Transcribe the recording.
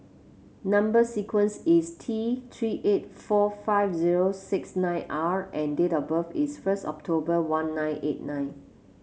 number sequence is T Three eight four five zero six nine R and date of birth is first October one nine eight nine